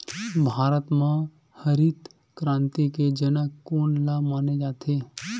भारत मा हरित क्रांति के जनक कोन ला माने जाथे?